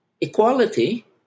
equality